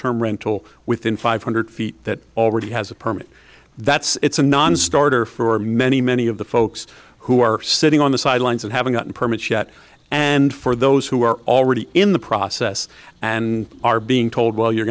term rental within five hundred feet that already has a permit that's it's a nonstarter for many many of the folks who are sitting sidelines of having gotten permits yet and for those who are already in the process and are being told well you're